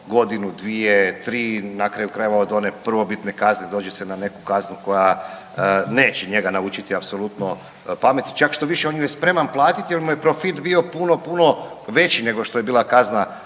godinu, dvije, tri. Na kraju krajeva od one prvobitne kazne dođe se na neku kaznu koja neće njega naučiti apsolutno pameti. Čak štoviše on ju je spreman platiti jer mu je profit bio puno, puno veći nego što je bila kazna